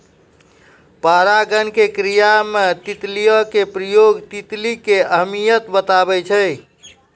परागण के क्रिया मे तितलियो के प्रयोग तितली के अहमियत बताबै छै